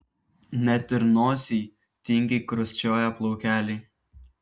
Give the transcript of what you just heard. net ir nosyj tingiai krusčioja plaukeliai